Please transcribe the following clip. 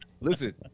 Listen